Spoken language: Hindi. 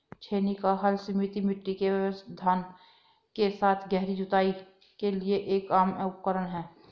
छेनी का हल सीमित मिट्टी के व्यवधान के साथ गहरी जुताई के लिए एक आम उपकरण है